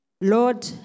Lord